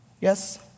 Yes